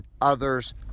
others